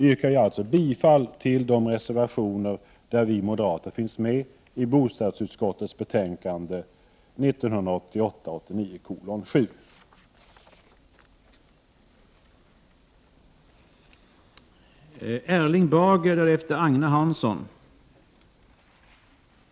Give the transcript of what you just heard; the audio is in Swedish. Jag yrkar bifall till de reservationer i bostadsutskottets betänkande 1988/89:7 där vi moderater finns med.